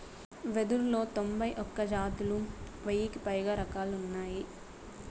వెదురులో తొంభై ఒక్క జాతులు, వెయ్యికి పైగా రకాలు ఉన్నాయి